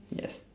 yes